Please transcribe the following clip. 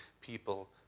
people